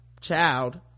child